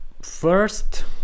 First